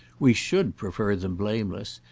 we should prefer them blameless,